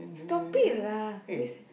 stop it lah they